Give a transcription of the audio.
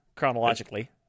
Chronologically